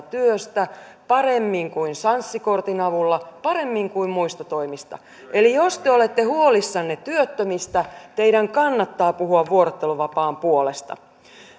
työstä paremmin kuin sanssi kortin avulla paremmin kuin muista toimista eli jos te olette huolissanne työttömistä teidän kannattaa puhua vuorotteluvapaan puolesta